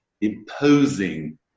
imposing